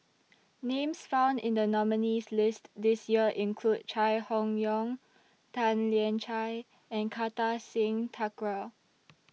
Names found in The nominees' list This Year include Chai Hon Yoong Tan Lian Chye and Kartar Singh Thakral